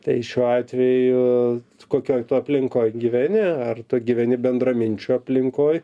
tai šiuo atveju kokioj aplinkoj gyveni ar tu gyveni bendraminčių aplinkoj